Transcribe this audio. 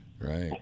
right